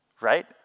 Right